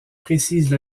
précise